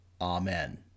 Amen